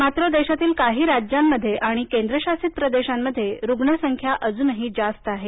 मात्र देशातील काही राज्यातील आणि केंद्रशासीत प्रदेशामध्ये रुग्ण संख्या अजूनही जास्त आहे